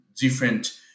different